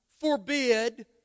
forbid